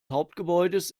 hauptgebäudes